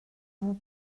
vous